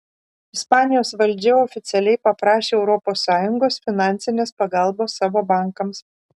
ispanijos valdžia oficialiai paprašė europos sąjungos finansinės pagalbos savo bankams